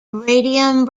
radium